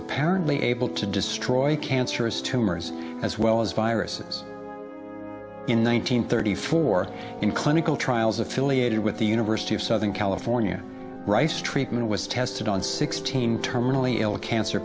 apparently able to destroy cancerous tumors as well as viruses in one nine hundred thirty four in clinical trials affiliated with the university of southern california rice treatment was tested on sixteen terminally ill cancer